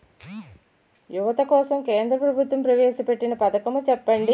యువత కోసం కేంద్ర ప్రభుత్వం ప్రవేశ పెట్టిన పథకం చెప్పండి?